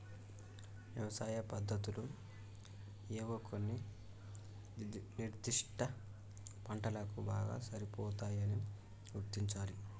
యవసాయ పద్దతులు ఏవో కొన్ని నిర్ధిష్ట పంటలకు బాగా సరిపోతాయని గుర్తించాలి